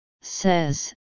says